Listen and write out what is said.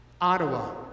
Ottawa